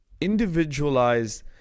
individualized